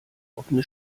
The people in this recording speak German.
offene